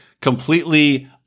completely